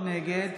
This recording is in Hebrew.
נגד